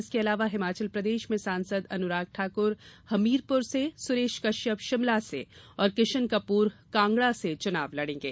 इसके अलावा हिमाचल प्रदेश में सांसद अनुराग ठाकुर हमीरपुर से सुरेश कश्यप शिमला से और किशन कपूर कांगड़ा से चुनाव लड़ेंगे